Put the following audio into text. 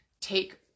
take